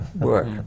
work